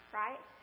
right